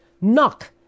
Knock